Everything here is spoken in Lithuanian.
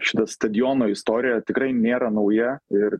ši stadiono istorija tikrai nėra nauja ir